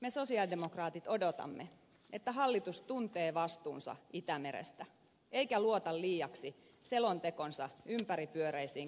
me sosialidemokraatit odotamme että hallitus tuntee vastuunsa itämerestä eikä luota liiaksi selontekonsa ympäripyöreisiin korulauseisiin